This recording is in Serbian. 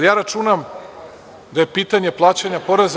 Ja računam da je pitanje plaćanja poreza